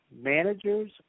managers